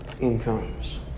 incomes